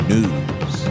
News